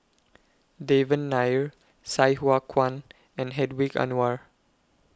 Devan Nair Sai Hua Kuan and Hedwig Anuar